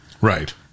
Right